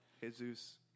Jesus